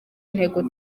ntego